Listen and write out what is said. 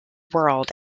world